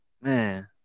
man